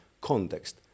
context